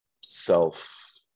self